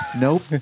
Nope